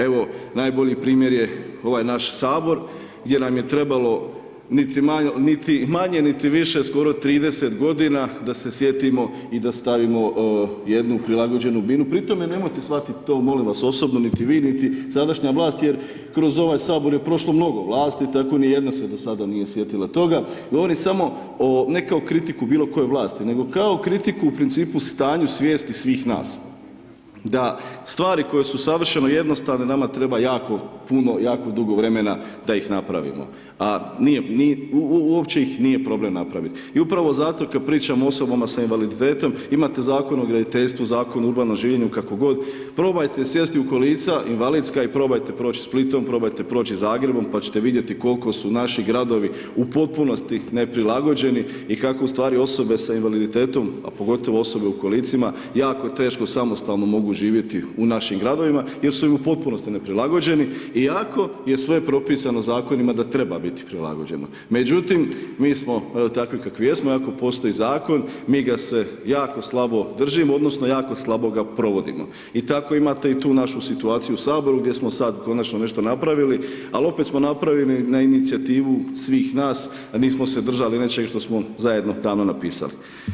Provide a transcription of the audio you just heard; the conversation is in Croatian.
Evo najbolji primjer je ovaj naš Sabor gdje nam je trebalo niti manje niti više, skoro 30 g. da se sjetimo i da stavimo jednu prilagođenu ... pritom nemojte shvatiti to molim vas, osobno niti vi niti sadašnja vlast jer kroz ovaj Sabor je prošlo mnogo vlasti, tako nijedna se do sada nije sjetila toga, govorim samo ne kao kritiku bilokoje vlasti nego kao kritiku o principu stanja svijesti svih nas, da stvari koje su savršeno jednostavno, nama treba jako puno, jako dugo vremena da ih napravimo a uopće ih nije problem napraviti i upravo zato kad pričamo o osobama sa invaliditetom, imate Zakon o graditeljstvu, Zakon o urbanom življenju, kako god, probajte sjesti u kolica invalidska i probajte proći Splitom, probajte proći Zagrebom pa ćete vidjeti koliko su naši gradovi u potpunosti neprilagođeni i kako ustvari osobe sa invaliditetom a pogotovo osobe u kolicima, jako teško samostalno mogu živjeti u našim gradovima jer su im u potpunosti neprilagođeni iako je sve propisano zakonima da treba biti prilagođeni, međutim mi smo evo takvi kakvi jesmo, iako postoji zakon, mi ga se jako slabo držimo odnosno jako slabo ga provodimo i tako imate i tu našu situaciju u Saboru gdje smo sad konačno nešto napravili ali opet smo napravili na inicijativu svih nas a nismo se držali nečeg što smo zajedno tamo napisali.